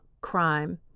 crime